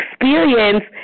experience